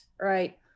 right